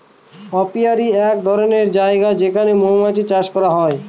apiary এক ধরনের জায়গা যেখানে মৌমাছি চাষ করা হয়